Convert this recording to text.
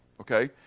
okay